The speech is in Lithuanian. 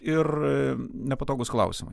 ir nepatogūs klausimai